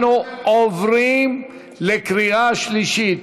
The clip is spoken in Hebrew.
אנחנו עוברים לקריאה שלישית.